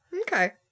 Okay